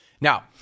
Now